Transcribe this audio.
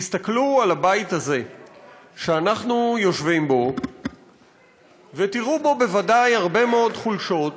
תסתכלו על הבית הזה שאנחנו יושבים בו ותראו בו בוודאי הרבה מאוד חולשות,